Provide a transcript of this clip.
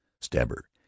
Stabber